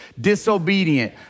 disobedient